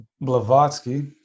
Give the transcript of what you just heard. Blavatsky